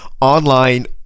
online